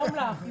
אני